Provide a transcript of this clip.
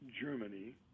Germany